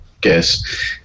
guess